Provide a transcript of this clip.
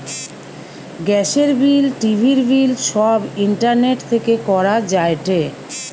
গ্যাসের বিল, টিভির বিল সব ইন্টারনেট থেকে করা যায়টে